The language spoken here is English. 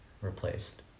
replaced